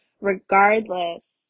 regardless